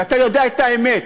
ואתה יודע את האמת,